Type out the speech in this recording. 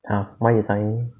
!huh! why you suddenly